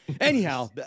Anyhow